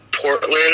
portland